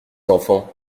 enfants